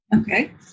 okay